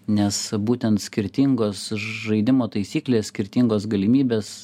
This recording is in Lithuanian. nes būtent skirtingos žaidimo taisyklės skirtingos galimybės